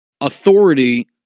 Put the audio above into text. authority